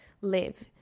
live